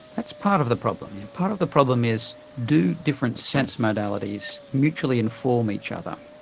that's part of the problem. yeah part of the problem is, do different sense modalities mutually inform each other.